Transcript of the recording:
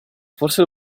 forse